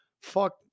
fuck